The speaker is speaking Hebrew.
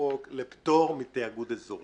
דעתם בישיבות